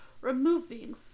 removing